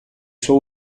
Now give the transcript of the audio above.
suo